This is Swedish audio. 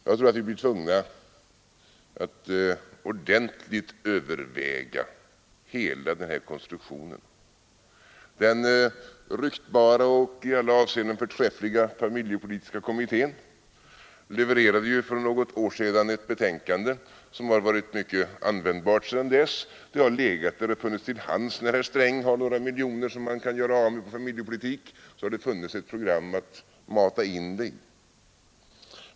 Jag tror att vi blir tvungna att ordentligt överväga hela den här konstruktionen. Den ryktbara och i alla avseende förträffliga familjepolitiska kommittén levererade för något år sedan ett betänkande som varit mycket användbart sedan dess. Det har legat här och funnits till hands. När herr Sträng har haft några miljoner som han kunnat göra av med på familjepolitiska insatser har det funnits ett program att mata in pengarna i.